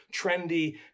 trendy